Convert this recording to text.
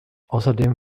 außerdem